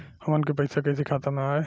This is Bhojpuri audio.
हमन के पईसा कइसे खाता में आय?